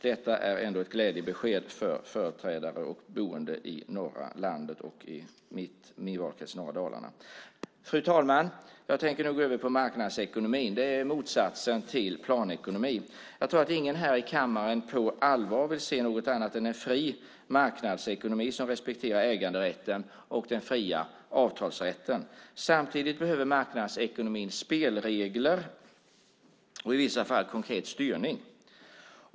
Detta är ett glädjebesked för företrädare och boende i den norra delen av landet och min valkrets i norra Dalarna. Fru talman! Jag tänker nu gå över till att tala om marknadsekonomi. Det är motsatsen till planekonomi. Jag tror att ingen här i kammaren på allvar vill se något annat än en fri marknadsekonomi som respekterar äganderätten och den fria avtalsrätten. Samtidigt behöver marknadsekonomin spelregler och i vissa fall konkret styrning.